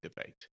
debate